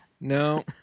No